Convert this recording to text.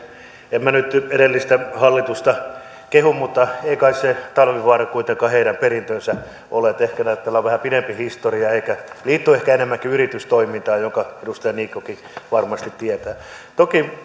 en minä nyt edellistä hallitusta kehu mutta ei kai se talvivaara kuitenkaan heidän perintönsä ole ehkä tällä on vähän pidempi historia ja se liittyy ehkä enemmänkin yritystoimintaan minkä edustaja niikkokin varmasti tietää toki